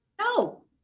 No